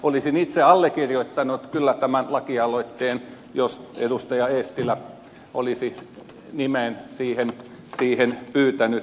olisin itse allekirjoittanut kyllä tämän lakialoitteen jos edustaja eestilä olisi nimen siihen pyytänyt